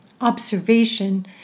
observation